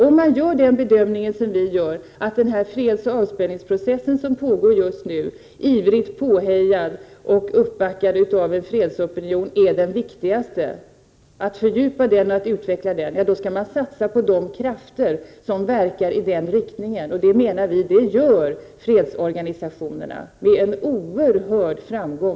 Om man delar den bedömning som vi gör, att den fredsoch avspänningsprocess som just nu pågår, ivrigt påhejad och uppbackad av en fredsopinion, är det viktigaste och vill fördjupa och utveckla den, då skall man satsa på de krafter som verkar i den riktningen. Och det gör fredsorganisationerna, dessutom med oerhörd framgång.